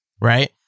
Right